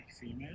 female